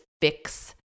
fix